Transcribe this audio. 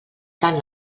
tant